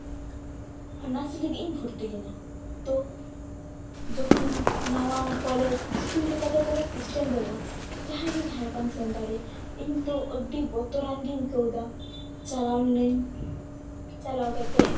honours ᱞᱟᱹᱜᱤᱫ ᱤᱧ ᱵᱷᱩᱨᱛᱤᱞᱮᱱᱟ ᱛᱚ ᱡᱚᱠᱷᱚᱱ ᱱᱟᱣᱟ ᱠᱚᱞᱮᱡᱽ ᱤᱥᱠᱩᱞ ᱞᱮᱠᱟ ᱫᱚ ᱠᱳᱱᱳ ᱥᱤᱥᱴᱮᱢ ᱵᱟᱹᱱᱩᱜᱼᱟ ᱡᱟᱦᱟᱸᱭᱜᱮ ᱡᱟᱦᱟᱸ ᱞᱮᱠᱟᱢ ᱥᱮᱱ ᱫᱟᱲᱮᱜ ᱤᱧ ᱛᱚ ᱟᱹᱰᱤ ᱵᱚᱛᱚᱨᱟᱱ ᱜᱤᱧ ᱟᱹᱭᱠᱟᱹᱣᱮᱫᱟ ᱪᱟᱞᱟᱣᱤᱱᱟᱹᱧ ᱪᱟᱞᱟᱣ ᱠᱟᱛᱮ